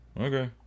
Okay